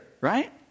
right